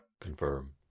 Confirm